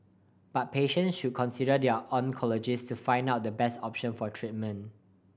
but patients should consider their oncologist to find out the best option for treatment